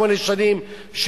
שמונה שנים.